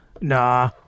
Nah